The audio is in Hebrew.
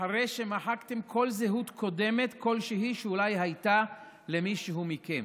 אחרי שמחקתם כל זהות קודמת כלשהי שאולי הייתה למישהו מכם.